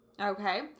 okay